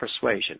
persuasion